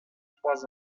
trois